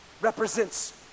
represents